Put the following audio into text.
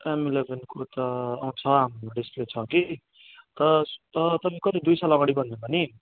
am इलेभेनको त अँ छ हाम्रोमा डिस्प्ले छ कि तर तर तपाईँ कति दुई साल अगाडि भन्नुभयो नि